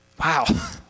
Wow